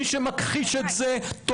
ומי שמכחיש את זה,